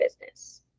business